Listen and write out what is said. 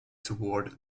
toward